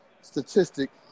statistic